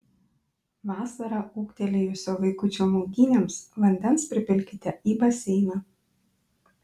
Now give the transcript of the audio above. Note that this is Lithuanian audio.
vasarą ūgtelėjusio vaikučio maudynėms vandens pripilkite į baseiną